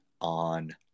on